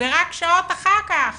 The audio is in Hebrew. ורק שעות אחר כך